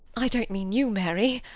i don't mean you, mary.